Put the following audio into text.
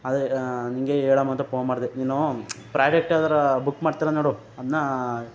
ಅದೆ ನಿಂಗೆ ಹೇಳೊಮ ಅಂತ ಪೋನ್ ಮಾಡಿದೆ ನೀನೂ ಪ್ರಾಡಕ್ಟ್ ಯಾವ್ದರಾ ಬುಕ್ ಮಾಡ್ತಿರ ನೋಡು ಅದ್ನಾ